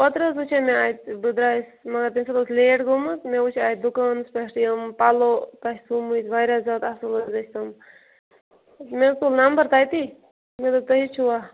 اوترٕ حظ وٕچھاے مےٚ اَتہِ بہٕ درٛایس مگر تمہِ ساتہٕ اوس لیٹ گوٚمُت مےٚ چھُ اَتہِ دُکانس پٮ۪ٹھ یِم پَلو تُہۍ سوٗیمِتۍ واریاہ زیادٕ اصٕل حظ ٲسۍ تم مےٚ حظ تُل نمبر تَتی مےٚ دوٚپ تُہۍ چھوا